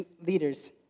leaders